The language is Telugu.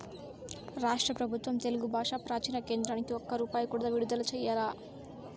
రాష్ట్ర పెబుత్వం తెలుగు బాషా ప్రాచీన కేంద్రానికి ఒక్క రూపాయి కూడా విడుదల చెయ్యలా